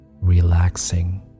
relaxing